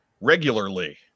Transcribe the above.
regularly